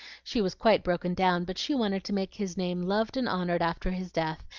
she was quite broken down, but she wanted to make his name loved and honored after his death,